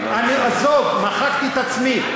עזוב, מחקתי את עצמי.